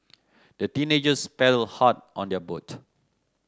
the teenagers paddled hard on their boat